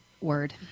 word